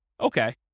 Okay